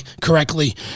correctly